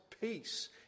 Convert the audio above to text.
peace